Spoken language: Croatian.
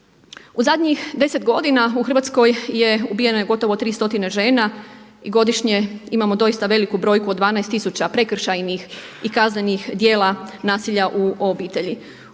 u zadnjih deset godina u Hrvatskoj je ubijeno gotovo 300 žena i godišnje imamo doista veliku brojku od 12.000 prekršajnih i kaznenih djela nasilja u obitelji.